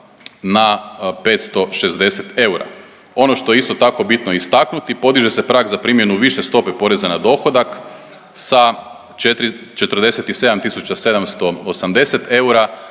na 560 eura. Ono što je isto tako bitno istaknuti podiže se prag za primjenu više stope poreza na dohodak sa 4 47.780 eura